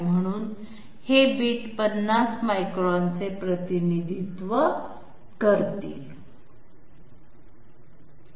म्हणून हे बिट 50 मायक्रॉनचे प्रतिनिधित्व करतील त्यामुळे एक बिट 10 मायक्रॉनचे प्रतिनिधित्व करेल